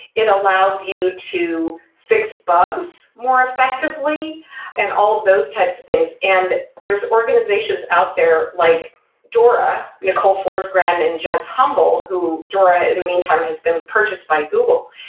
it allows you to fix bugs more effectively and all of those types of things. and there're organizations out there like dora, nicole forsgren and and jez humble, who dora in the meantime has been purchased by google,